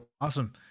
awesome